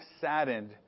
saddened